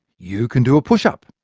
you can do a push-up.